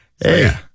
Hey